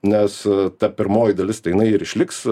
nes ta pirmoji dalis tai jinai ir išliks